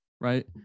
right